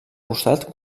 costat